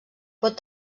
pot